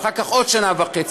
ואחר כך עוד שנה וחצי,